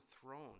throne